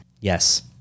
Yes